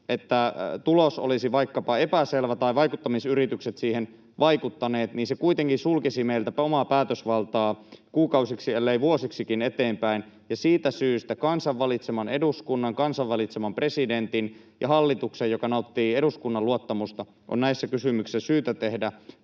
että tulos olisi vaikkapa epäselvä tai vaikuttamisyritykset siihen vaikuttaneet, se kuitenkin sulkisi meiltä omaa päätösvaltaa kuukausiksi ellei vuosiksikin eteenpäin. Ja siitä syystä kansan valitseman eduskunnan, kansan valitseman presidentin ja hallituksen, joka nauttii eduskunnan luottamusta, on näissä kysymyksissä syytä tehdä